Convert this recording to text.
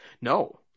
No